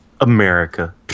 America